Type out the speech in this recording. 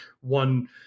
one